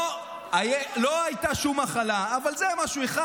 לא הייתה שום הכלה, אבל זה משהו אחד.